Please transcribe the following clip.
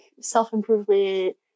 self-improvement